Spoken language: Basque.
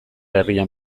herrian